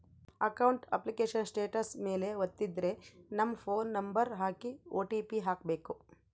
account application status ಮೇಲೆ ವತ್ತಿದ್ರೆ ನಮ್ ಫೋನ್ ನಂಬರ್ ಹಾಕಿ ಓ.ಟಿ.ಪಿ ಹಾಕ್ಬೆಕು